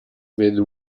vede